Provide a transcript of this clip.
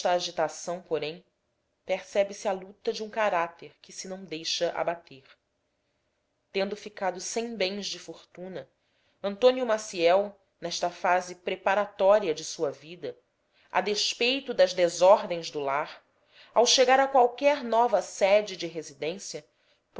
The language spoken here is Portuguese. agitação porém percebe-se a luta de um caráter que se não deixa abater tendo ficado sem bens de fortuna antônio maciel nesta fase preparatória de sua vida a despeito das desordens do lar ao chegar a qualquer nova sede de residência